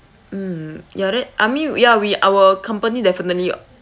mm ya that I mean we ya we our company definitely